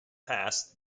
past